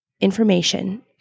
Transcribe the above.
information